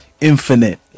infinite